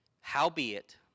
Howbeit